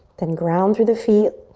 then ground through the feet.